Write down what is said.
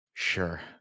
sure